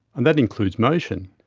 and that includes motion.